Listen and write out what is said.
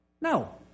No